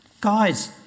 guys